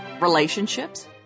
Relationships